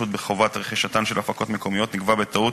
בחובת רכישתן של הפקות מקומיות נקבע בטעות,